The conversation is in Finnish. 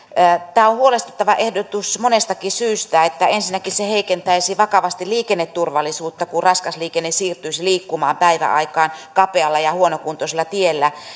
tämä on huolestuttava ehdotus monestakin syystä ensinnäkin se heikentäisi vakavasti liikenneturvallisuutta kun raskas liikenne siirtyisi liikkumaan päiväaikaan kapealla ja huonokuntoisella tiellä